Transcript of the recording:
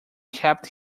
kept